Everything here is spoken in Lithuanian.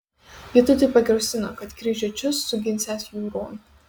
vytautui pagrasino kad kryžiuočius suginsiąs jūron